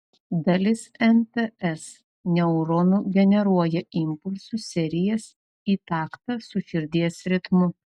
dalis nts neuronų generuoja impulsų serijas į taktą su širdies ritmu